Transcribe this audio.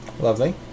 Lovely